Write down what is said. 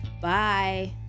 Bye